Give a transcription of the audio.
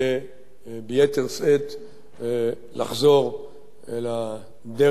ביתר שאת לחזור אל הדרך שתוביל,